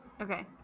okay